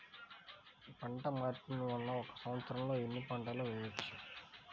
పంటమార్పిడి వలన ఒక్క సంవత్సరంలో ఎన్ని పంటలు వేయవచ్చు?